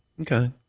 Okay